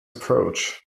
approach